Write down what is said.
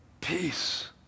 peace